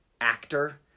actor